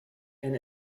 and